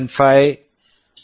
5 6